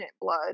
blood